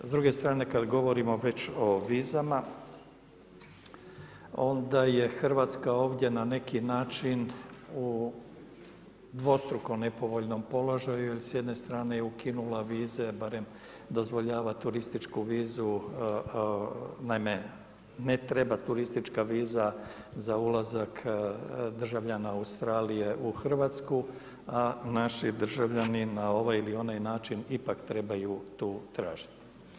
S druge strane kada govorimo već o vizama, onda je Hrvatska ovdje na neki način u dvostrukome nepovoljnom položaju, jer s jedne strane je ukinule vize, barem dozvoljava turističku vizu, naime, ne treba turistička viza, za ulazak državljana Australije u Hrvatsku, a naši državljani na ovaj ili onaj način ipak trebaju tu tražiti.